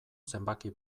zenbaki